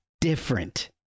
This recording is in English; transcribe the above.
different